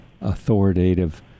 authoritative